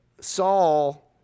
Saul